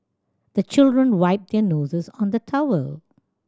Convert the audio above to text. the children wipe their noses on the towel